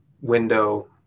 window